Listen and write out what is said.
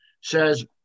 says